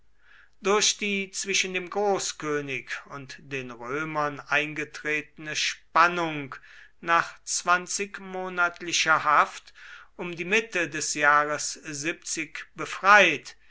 durch die zwischen dem großkönig und den römern eingetretene spannung nach zwanzigmonatlicher haft um die mitte des jahres befreit